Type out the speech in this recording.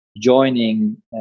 joining